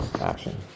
Action